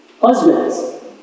Husbands